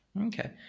Okay